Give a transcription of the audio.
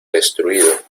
destruido